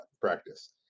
practice